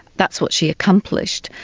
that's what she accomplished.